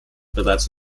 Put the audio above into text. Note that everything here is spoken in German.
bereits